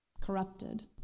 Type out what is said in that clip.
corrupted